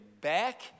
back